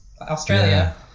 australia